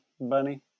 bunny